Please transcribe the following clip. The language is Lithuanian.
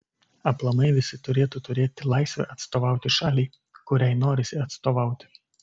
aplamai visi turėtų turėti laisvę atstovauti šaliai kuriai norisi atstovauti